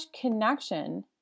connection